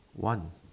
one